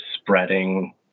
spreading